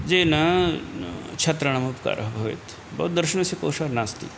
येन छात्राणाम् उपकारः भवेत् बौद्धदर्शनस्य कोषः नास्ति